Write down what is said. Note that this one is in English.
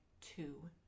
two